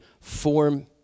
form